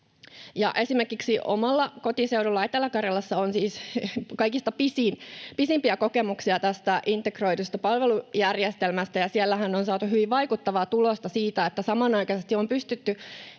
Esimerkiksi omalla kotiseudullani Etelä-Karjalassa on siis kaikista pisimpiä kokemuksia tästä integroidusta palvelujärjestelmästä, ja siellähän on saatu hyvin vaikuttavaa tulosta siitä, että samanaikaisesti on pystytty